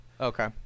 Okay